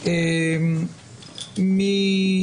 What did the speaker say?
הפקידים הרקובים ייחקרו.